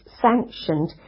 sanctioned